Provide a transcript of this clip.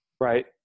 Right